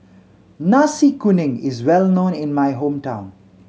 Nasi Kuning is well known in my hometown